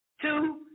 two